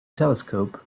telescope